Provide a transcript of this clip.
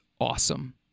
awesome